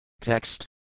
Text